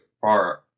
far